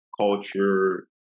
culture